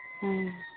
ᱦᱮᱸ